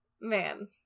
man